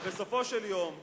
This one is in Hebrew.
אבל בסופו של יום,